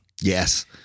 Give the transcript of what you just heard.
Yes